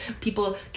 people